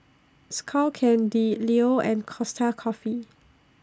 Skull Candy Leo and Costa Coffee